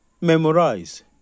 Memorize